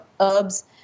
herbs